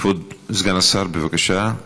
כבוד סגן השר, בבקשה.